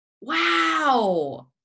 Wow